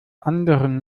anderen